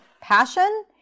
passion